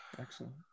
Excellent